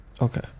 okay